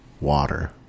water